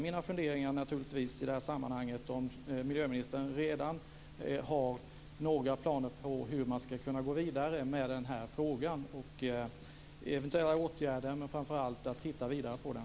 Mina funderingar i det här sammanhanget är naturligtvis om miljöministern redan har några planer på hur man ska kunna gå vidare med den här frågan, eventuella åtgärder, men framför allt att titta vidare på den.